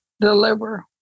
deliver